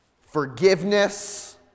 forgiveness